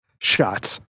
Shots